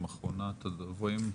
אחרונת הדוברים.